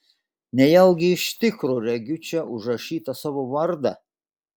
nejaugi iš tikro regiu čia užrašytą savo vardą